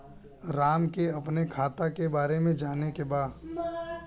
राम के अपने खाता के बारे मे जाने के बा?